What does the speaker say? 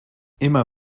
immer